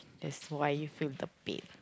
that's why you feel the pain